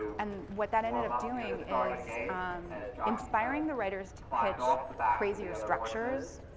and what that ended up doing is inspiring the writers to pitch crazier structures.